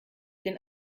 den